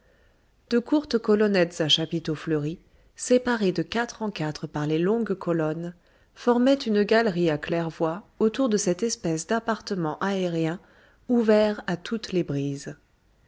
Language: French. de courtes colonnettes à chapiteaux fleuris séparées de quatre en quatre par les longues colonnes formaient une galerie à claire-voie autour de cette espèce d'appartement aérien ouvert à toutes les brises